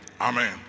Amen